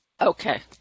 Okay